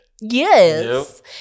Yes